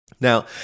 Now